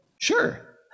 sure